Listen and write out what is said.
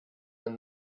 man